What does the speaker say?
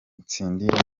ntsindiye